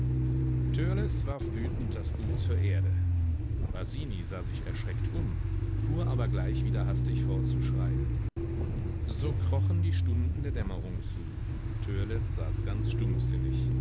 warf wütend das buch zur erde basini sah sich erschreckt um fuhr aber gleich wieder hastig fort zu schreiben so krochen die stunden der dämmerung zu törleß saß ganz stumpfsinnig